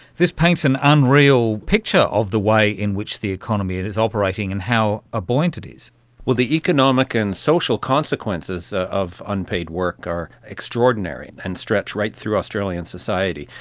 this paints an unreal picture of the way in which the economy is operating and how ah buoyant it is. well, the economic and social consequences of unpaid work are extraordinary and stretch right through australian society.